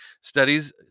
studies